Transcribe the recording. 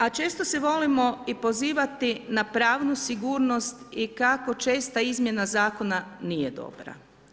A često se volimo i pozivati na pravnu sigurnost i kako česta izmjena zakona nije dobra.